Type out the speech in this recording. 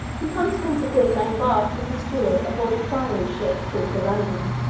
in consequence of this i embarked as ah steward on board a fine new ship called the london,